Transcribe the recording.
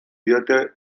diote